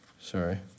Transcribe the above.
Sorry